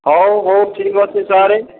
ହଉ ହଉ ଠିକ ଅଛି ସାରେ